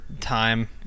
time